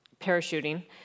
parachuting